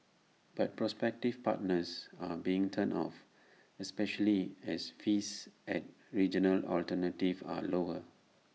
but prospective partners are being turned off especially as fees at regional alternatives are lower